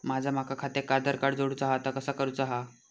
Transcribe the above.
माका माझा खात्याक आधार कार्ड जोडूचा हा ता कसा करुचा हा?